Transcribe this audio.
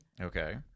Okay